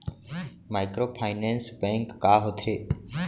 Microfinance bank का होथे?